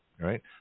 right